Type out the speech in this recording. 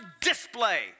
display